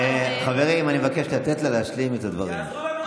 חברים, אני מבקש לתת לה להשלים את הדברים.